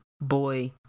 boy